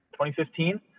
2015